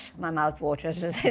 my mouth waters